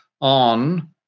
on